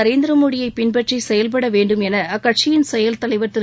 நரேந்திர மோடியைப் பின்பற்றி செயல்பட வேண்டும் என அக்கட்சியின் செயல் தலைவர் திரு